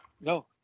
no